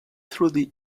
through